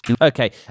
Okay